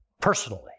personally